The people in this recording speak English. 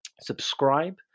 subscribe